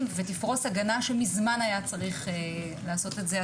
ותפרוס הגנה שמזמן היה צריך לעשות את זה.